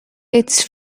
its